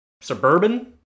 suburban